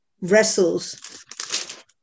wrestles